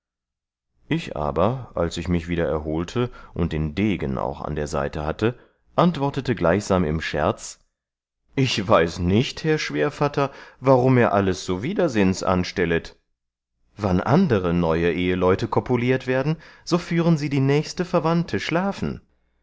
ich aber als ich mich wieder erholte und den degen auch an der seite hatte antwortete gleichsam im scherz ich weiß nicht herr schwährvatter warum er alles so widersinns anstellet wann andere neue eheleute